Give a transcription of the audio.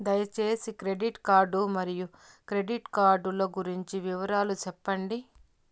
దయసేసి credit card మరియు credit card లు గురించి వివరాలు సెప్పండి?